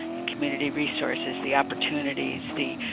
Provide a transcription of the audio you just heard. the community resources, the opportunities, the